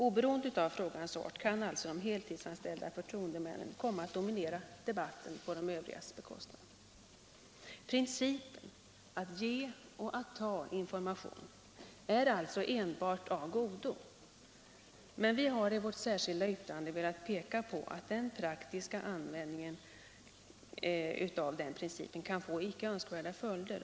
Oberoende av frågans art kan alltså de heltidsanställda förtroendemännen komma att dominera debatten på de övrigas bekostnad: Principen att ge och ta information är alltså enbart av godo, men vi har i vårt särskilda yttrande velat peka på att den praktiska användningen av den principen kan få icke önskvärda följder.